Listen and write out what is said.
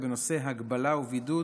בנושא הגבלה ובידוד